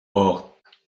ort